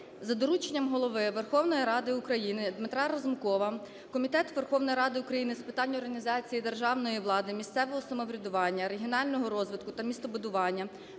за дорученням Голови Верховної Ради України Дмитра Разумкова Комітет Верховної Ради України з питань організації державної влади, місцевого самоврядування, регіонального розвитку та містобудування